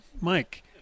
Mike